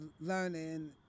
learning